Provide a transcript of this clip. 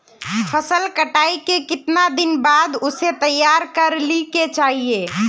फसल कटाई के कीतना दिन बाद उसे तैयार कर ली के चाहिए?